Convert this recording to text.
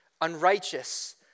unrighteous